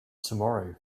tomorrow